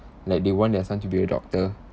like they want their son to be a doctor